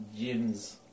gyms